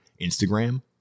Instagram